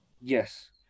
Yes